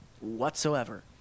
whatsoever